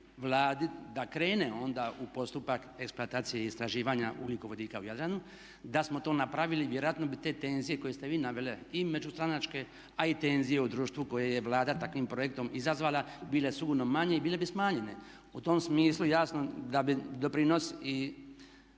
da krene onda u postupak eksploatacije i istraživanja ugljikovodika u Jadranu. Da smo to napravili vjerojatno bi te tenzije koje ste vi naveli i međustranačke a i tenzije u društvu koje je Vlada takvim projektom izazvala bile sigurno manje i bile bi smanjene. U tom smislu jasno da bi doprinos